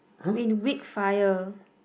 in weak fire